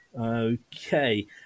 Okay